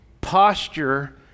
Posture